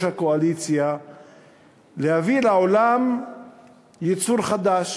הקואליציה להביא לעולם יצור חדש,